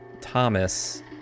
Thomas